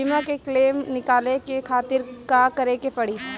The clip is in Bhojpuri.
बीमा के क्लेम निकाले के खातिर का करे के पड़ी?